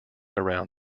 around